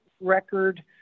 record